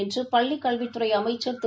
என்றும் பள்ளிக் கல்வித்துறைஅமைச்சர் திரு